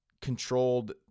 controlled